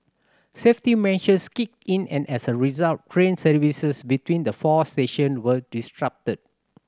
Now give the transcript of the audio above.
safety measures kicked in and as a result train services between the four station were disrupted